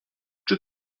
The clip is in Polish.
czy